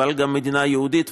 אבל גם מדינה יהודית,